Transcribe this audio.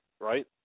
right